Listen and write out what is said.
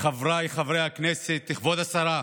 חבריי חברי הכנסת, כבוד השרה,